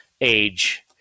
age